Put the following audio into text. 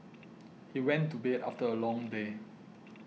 he went to bed after a long day